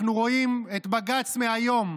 אנחנו רואים את בג"ץ מהיום,